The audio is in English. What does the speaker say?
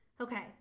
okay